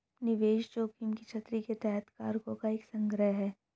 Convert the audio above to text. निवेश जोखिम की छतरी के तहत कारकों का एक संग्रह है